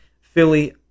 Philly